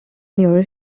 near